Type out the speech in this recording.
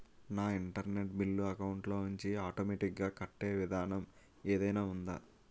నా internet bill account లోంచి automatic గా కట్టే విధానం ఏదైనా ఉందా?